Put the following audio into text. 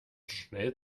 schnell